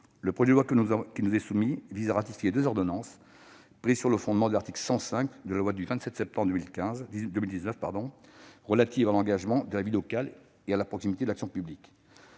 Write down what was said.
Le projet de loi qui nous est soumis vise à ratifier deux ordonnances prises sur le fondement de l'article 105 de la loi du 27 décembre 2019 relative à l'engagement dans la vie locale et à la proximité de l'action publique.